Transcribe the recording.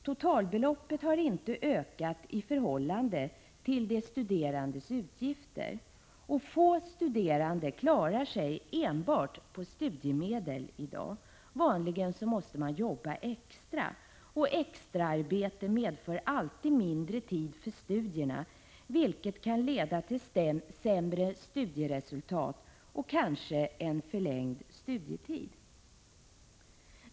Totalbeloppet har inte ökat i förhållande till de studerandes utgifter. Få studerande klarar sig i dag enbart på studiemedel. Vanligen måste de jobba extra. Extraarbete medför alltid mindre tid för studierna, vilket kan leda till sämre studieresultat och kanske en förlängd studietid.